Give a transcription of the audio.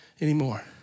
anymore